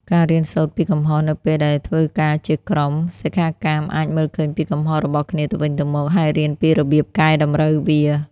ការរៀនសូត្រពីកំហុស នៅពេលដែលធ្វើការជាក្រុម សិក្ខាកាមអាចមើលឃើញពីកំហុសរបស់គ្នាទៅវិញទៅមក ហើយរៀនពីរបៀបកែតម្រូវវា។